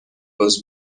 was